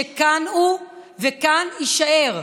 שכאן הוא וכאן יישאר".